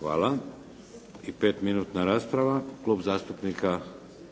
Hvala. I pet minutna rasprava. Klub zastupnika